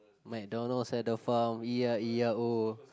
MacDonald's had a farm e i e i o